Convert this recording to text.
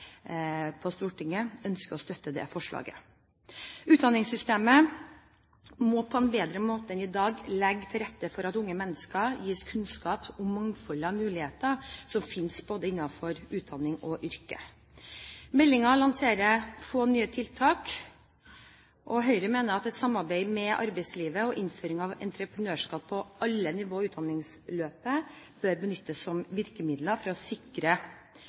på Stortinget ønsker å støtte det forslaget. Utdanningssystemet må på en bedre måte enn i dag legge til rette for at unge mennesker gis kunnskap om mangfold av muligheter som finnes innenfor både utdanning og yrker. Meldingen lanserer få nye tiltak, og Høyre mener at et samarbeid med arbeidslivet og innføring av entreprenørskap på alle nivå i utdanningsløpet bør benyttes som virkemidler for å sikre